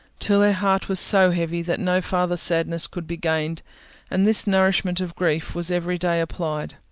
till her heart was so heavy that no farther sadness could be gained and this nourishment of grief was every day applied.